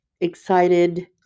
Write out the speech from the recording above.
excited